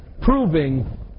proving